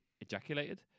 ejaculated